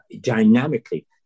dynamically